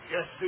Yes